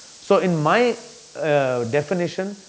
so in my definition,